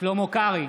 שלמה קרעי,